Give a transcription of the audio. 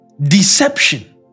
deception